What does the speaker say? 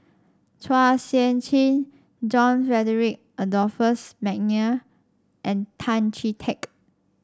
Chua Sian Chin John Frederick Adolphus McNair and Tan Chee Teck